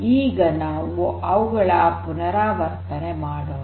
ಈಗ ನಾವು ಅವುಗಳ ಪುನರಾವರ್ತನೆ ಮಾಡೋಣ